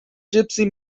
gypsy